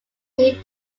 knew